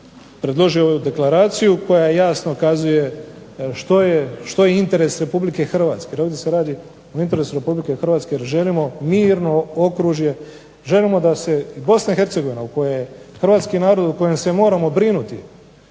predložio ovu deklaraciju koja jasno kazuje što je interes Republike Hrvatske jer ovdje se radio o interesu Republike Hrvatske jer želimo mirno okružje, želimo da se Bosna i Hercegovina u kojoj je Hrvatski narod o kojem se moramo brinuti